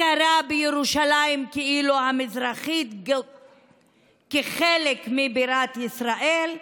הכרה בירושלים כאילו המזרחית כחלק מבירת ישראל,